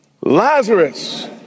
Lazarus